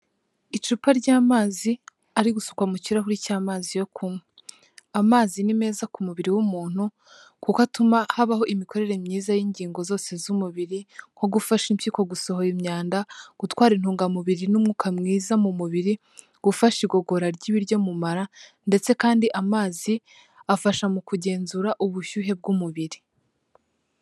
Icupa ry'amazi ari gusukwa mu kirahuri cy'amazi yo kunywa, amazi ni meza ku mubiri w'umuntu kuko atuma habaho imikorere myiza y'ingingo zose z'umubiri, nko gufasha impyiko gusohora imyanda, gutwara intungamubiri n'umwuka mwiza mu mubiri, gufasha igogora ry'ibiryo mu mara, ndetse kandi amazi afasha mu kugenzura ubushyuhe bw'umubiri.